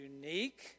unique